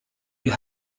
you